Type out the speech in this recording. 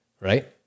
Right